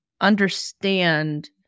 understand